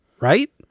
Right